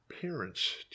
parents